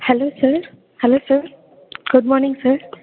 hello sir hello sir good morning sir